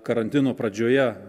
karantino pradžioje